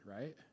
right